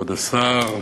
כבוד השר,